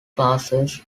classes